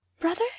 brother